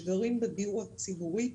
שגרים בדיור הציבורי,